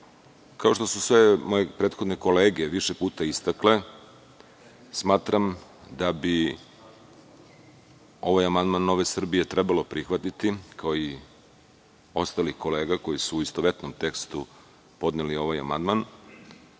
što su sve moje prethodne kolege više puta istakle, smatram da bi ovaj amandman NS trebalo prihvatiti, kao i ostalih kolega, koji su u istovetnom tekstu podneli ovaj amandman. Želim